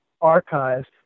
archives